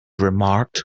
remarked